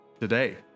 today